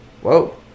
Whoa